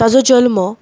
जल्म